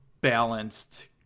balanced